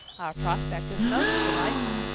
our prospect is most delightful,